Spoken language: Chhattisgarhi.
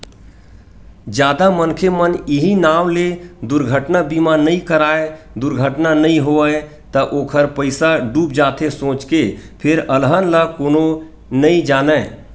जादा मनखे मन इहीं नांव ले दुरघटना बीमा नइ कराय दुरघटना नइ होय त ओखर पइसा डूब जाथे सोच के फेर अलहन ल कोनो नइ जानय